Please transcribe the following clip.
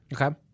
okay